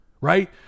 right